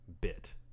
bit